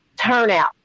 turnout